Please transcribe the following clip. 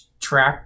track